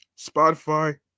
Spotify